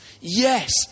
yes